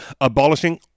Abolishing